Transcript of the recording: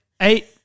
eight